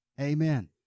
Amen